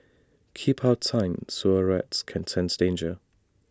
keep out sign sewer rats can sense danger